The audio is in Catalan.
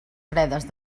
fredes